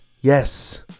Yes